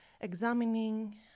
examining